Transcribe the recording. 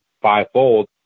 fivefold